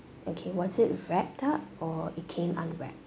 okay was it wrapped up or it came unwrapped